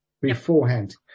beforehand